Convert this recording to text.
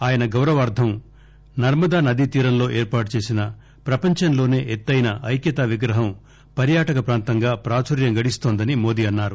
ఆయన గౌరవార్గం నర్మదా నదీ తీరంలో ఏర్పాటు చేసిన ప్రపంచంలోసే ఎత్తైన ఐక్యతా విగ్రహం పర్యాటక ప్రాంతంగా ప్రాచుర్యం గడిస్తోందని మోదీ అన్నారు